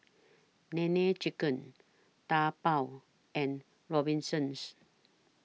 Nene Chicken Taobao and Robinsons